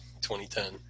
2010